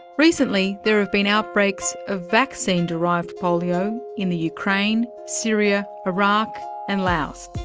recently there have been outbreaks of vaccine-derived polio in the ukraine, syria, iraq and laos,